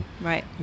right